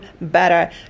better